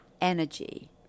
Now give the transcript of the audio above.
energy